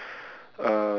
uh